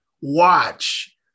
Watch